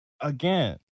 again